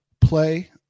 play